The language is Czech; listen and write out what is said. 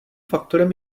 faktorem